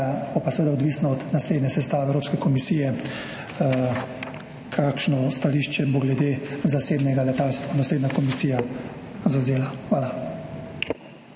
bo pa seveda odvisno od naslednje sestave Evropske komisije, kakšno stališče bo glede zasebnega letalstva naslednja komisija zavzela. Hvala.